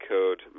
Code